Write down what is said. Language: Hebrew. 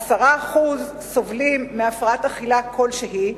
כ-10% סובלים מהפרעת אכילה כלשהי,